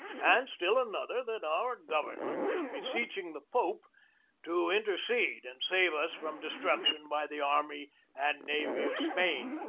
and still another that our government was beseech ing the pope to intercede and save us from destruc tion by the army and navy of spain,